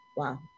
wow